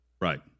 right